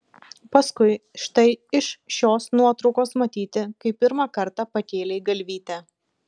paskui štai iš šios nuotraukos matyti kai pirmą kartą pakėlei galvytę